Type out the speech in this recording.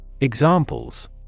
Examples